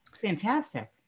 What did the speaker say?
Fantastic